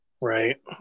Right